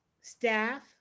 staff